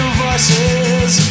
voices